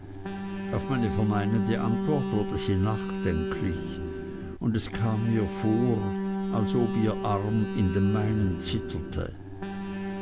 auf meine verneinende antwort wurde sie nachdenklich und es kam mir vor als ob ihr arm in dem meinen zitterte